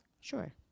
Sure